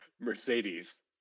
Mercedes